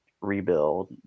rebuild